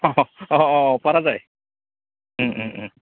অঁ অঁ অঁ পাৰা যায়